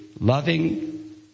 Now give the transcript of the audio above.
loving